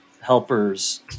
helpers